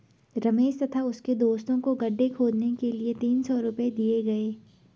रमेश तथा उसके दोस्तों को गड्ढे खोदने के लिए तीन सौ रूपये दिए गए